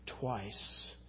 twice